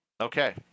Okay